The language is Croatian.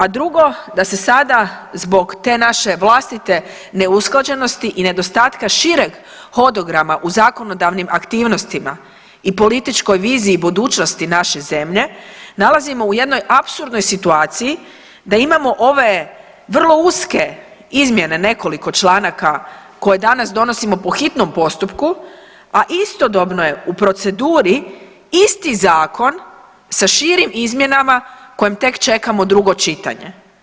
A drugo, da se sada zbog te naše vlastite neusklađenosti i nedostatka šireg hodograma u zakonodavnim aktivnostima i političkoj viziji budućnosti naše zemlje, nalazimo u jednoj apsurdnoj situaciji da imamo ove vrlo uske izmjene nekoliko članaka koje danas donosimo po hitnom postupku, a istodobno je u proceduri isti zakon sa širim izmjenama kojem tek čekamo drugo čitanje.